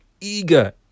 eager